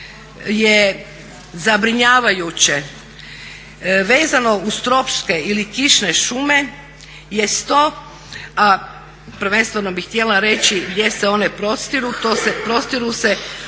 je zabrinjavajuće vezano uz tropske ili kišne šume jest to a prvenstveno bih htjela reći gdje se one prostiru, prostiru se